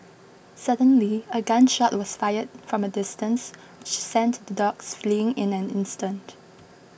suddenly a gun shot was fired from a distance which sent the dogs fleeing in an instant